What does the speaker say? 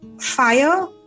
fire